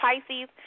Pisces